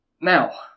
Now